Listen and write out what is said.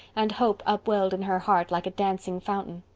and hope upwelled in her heart like a dancing fountain.